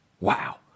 wow